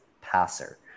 passer